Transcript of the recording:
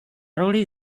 roli